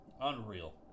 Unreal